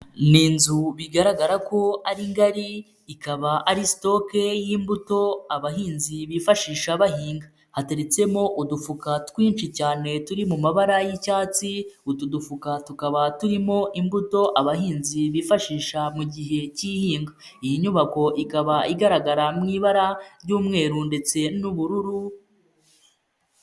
Ni inzu bigaragara ko ari ngari, ikaba ari sitoke y'imbuto abahinzi bifashisha bahinga. Hateretsemo udufuka twinshi cyane turi mu mabara y'icyatsi, utu dufuka tukaba turimo imbuto abahinzi bifashisha mu gihe cy'ihinga. Iyi nyubako ikaba igaragara mu ibara ry'umweru ndetse n'ubururu,..